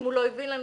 אם הוא לא הביא לנו,